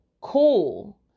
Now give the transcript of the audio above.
cool